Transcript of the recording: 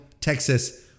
Texas